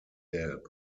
gelb